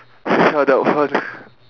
ya that one